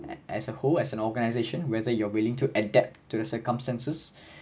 as a whole as an organization whether you're willing to adapt to the circumstances